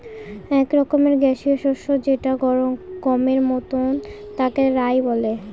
এক রকমের গ্যাসীয় শস্য যেটা গমের মতন তাকে রায় বলে